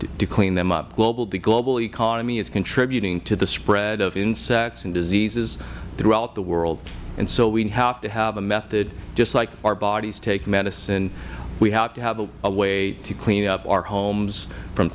to clean them up the global economy is contributing to the spread of insects and diseases throughout the world and so we have to have a method just like our bodies take medicine we have to have a way to clean up our homes from